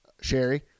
Sherry